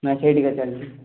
ନାଇଁ ସେଇଠି ଏକା ଚାଲିଛି